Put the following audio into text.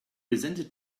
resented